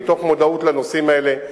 מתוך מודעות לנושאים האלה,